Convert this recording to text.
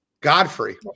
Godfrey